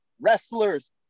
wrestlers